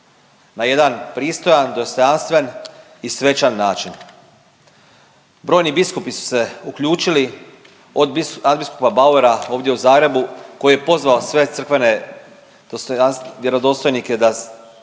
na jedan pristojan, dostojanstven i svečan način. Brojni biskupi su se uključili od nadbiskupa Bauera ovdje u Zagrebu koji je pozvao sve crkvene vjerodostojnike da sudjeluju